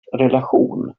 relation